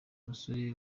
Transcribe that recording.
musore